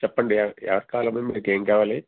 చెప్పండి ఎవరు కావాలమ్మా మీకేం కావాలి